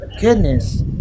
Goodness